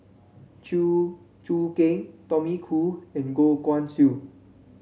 Chew Choo Keng Tommy Koh and Goh Guan Siew